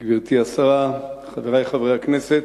גברתי השרה, חברי חברי הכנסת,